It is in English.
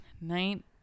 night